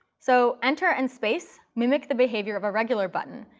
so enter and space mimic the behavior of a regular button,